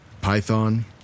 Python